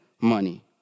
money